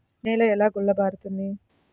నేల ఎలా గుల్లబారుతుంది?